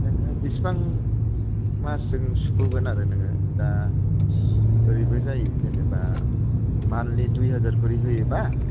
नोङो बिसिबां मासजों सुख'गोन आरो नोङो दा ओरैबो जायो जेन'बा मानलि दुइ हाजार खरि होयोबा